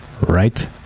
right